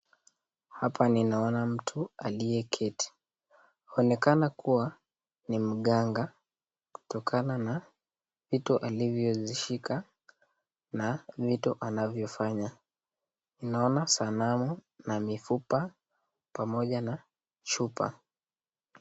Hapa ninaona mtu alieketi, inaonekana kuwa ni mganga, kutokana na kitu alieishika, na vitu anavyio fanya, naona sanamu na mifupa, pamoja na shuka.